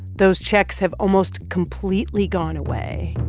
those checks have almost completely gone away,